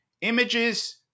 images